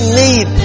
need